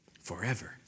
forever